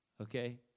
Okay